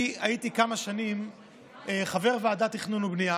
אני הייתי כמה שנים חבר ועדת התכנון והבנייה